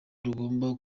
rugomba